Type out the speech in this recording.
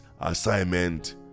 assignment